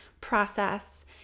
process